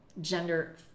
gender